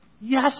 Yes